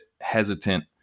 hesitant